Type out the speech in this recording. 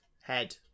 Head